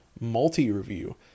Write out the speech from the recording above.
Multi-Review